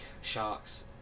sharks